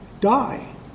die